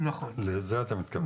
לזה אתה מתכוון?